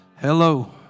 Hello